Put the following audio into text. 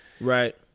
Right